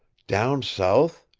down south?